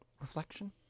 reflection